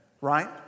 right